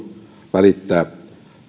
välittää